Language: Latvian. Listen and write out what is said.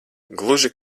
gluži